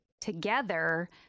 together